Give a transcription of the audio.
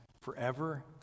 forever